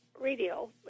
Radio